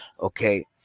Okay